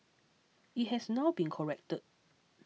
it has now been corrected